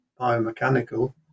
biomechanical